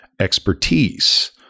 expertise